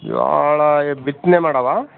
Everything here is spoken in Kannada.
ಜೋಳ ಬಿತ್ತನೆ ಮಾಡೋವಾ